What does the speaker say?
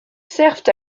servent